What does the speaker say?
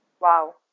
Wow